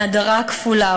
מהדרה כפולה,